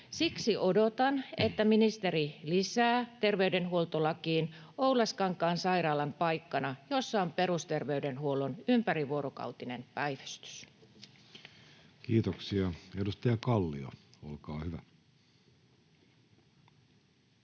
Siksi odotan, että ministeri lisää terveydenhuoltolakiin Oulaskankaan sairaalan paikkana, jossa on perusterveydenhuollon ympärivuorokautinen päivystys. Kiitoksia. — Edustaja Kallio, olkaa hyvä.